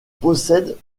possède